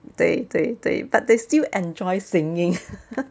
对对对 but they still enjoy singing